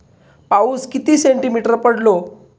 पाऊस किती सेंटीमीटर पडलो?